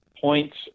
points